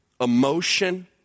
emotion